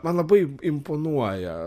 man labai imponuoja